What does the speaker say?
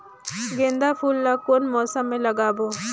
गेंदा फूल ल कौन मौसम मे लगाबो?